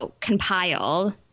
compile